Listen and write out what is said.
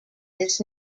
this